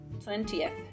Twentieth